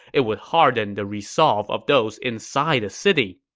it would harden the resolve of those inside the city.